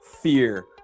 fear